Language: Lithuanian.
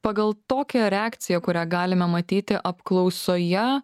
pagal tokią reakciją kurią galime matyti apklausoje